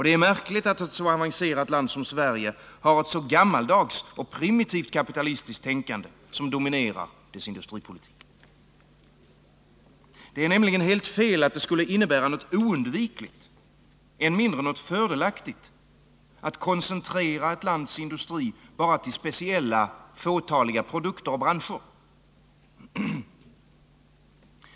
Det är märkligt att ett så avancerat land som Sverige har ett så gammaldags och primitivt kapitalistiskt tänkande som dominerar dess industripolitik. Det är nämligen helt fel att det skulle innebära något oundvikligt, än mindre något fördelaktigt, att koncentrera ett lands industri bara till speciella fåtaliga produkter eller branscher.